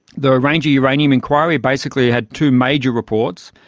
the ranger uranium inquiry basically had two major reports.